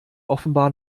offenbar